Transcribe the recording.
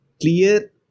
clear